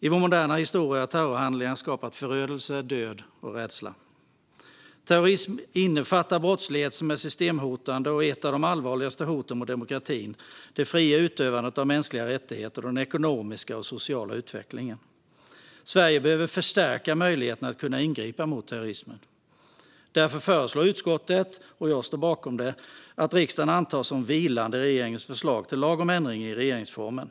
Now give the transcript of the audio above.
I vår moderna historia har terrorhandlingar skapat förödelse, död och rädsla. Terrorism innefattar brottslighet som är systemhotande och är ett av de allvarligaste hoten mot demokratin, det fria utövandet av mänskliga rättigheter och den ekonomiska och sociala utvecklingen. Sverige behöver förstärka möjligheterna att ingripa mot terrorism. Därför föreslår utskottet - och jag står bakom det - att riksdagen antar som vilande regeringens förslag till lag om ändring i regeringsformen.